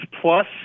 plus